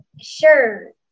sure